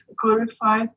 clarify